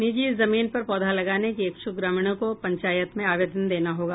निजी जमीन पर पौधा लगाने के इच्छुक ग्रामीणों को पंचायत में आवेदन देना होगा